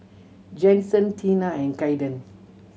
Jensen Teena and Caiden